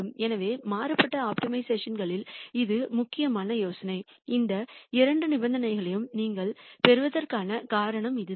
எனவே மாறுபட்ட ஆப்டிமைசேஷன் களில் இது முக்கியமான யோசனை இந்த இரண்டு நிபந்தனைகளையும் நீங்கள் பெறுவதற்கான காரணம் இதுதான்